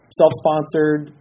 self-sponsored